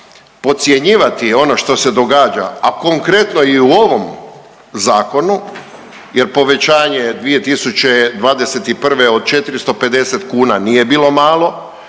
podcjenjivati ono što se događa, a konkretno i u ovom zakonu jer povećanje 2021. od 450 kuna nije bilo malo,